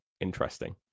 interesting